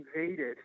invaded